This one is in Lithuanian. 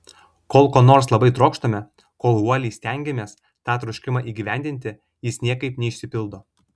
kol ko nors labai trokštame kol uoliai stengiamės tą troškimą įgyvendinti jis niekaip neišsipildo